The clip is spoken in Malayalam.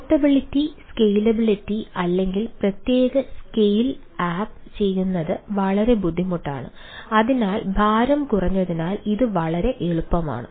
പോർട്ടബിലിറ്റി ചെയ്യുന്നത് വളരെ ബുദ്ധിമുട്ടാണ് അതിനാൽ ഭാരം കുറഞ്ഞതിനാൽ ഇത് വളരെ എളുപ്പമാണ്